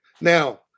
now